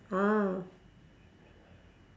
!huh!